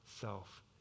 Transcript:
self